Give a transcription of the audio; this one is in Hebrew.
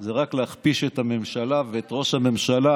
זה רק להכפיש את הממשלה ואת ראש הממשלה,